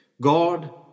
God